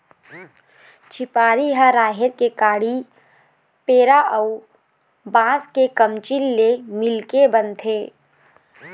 झिपारी ह राहेर के काड़ी, पेरा अउ बांस के कमचील ले मिलके बनथे